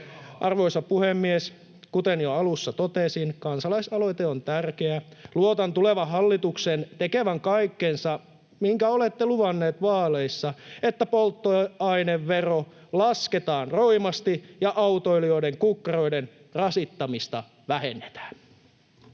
Arvoisa puhemies! Kuten jo alussa totesin, kansalaisaloite on tärkeä. Luotan tulevan hallituksen tekevän kaikkensa — minkä olette luvanneet vaaleissa — että polttoaineveroa lasketaan roimasti ja autoilijoiden kukkaroiden rasittamista vähennetään.